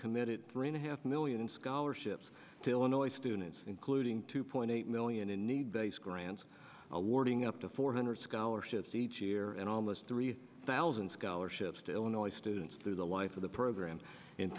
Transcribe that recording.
committed three and a half million scholarships to illinois students including two point eight million in need based grants awarding up to four hundred scholarships each year and almost three thousand scholarships to illinois students through the life of the program in